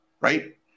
Right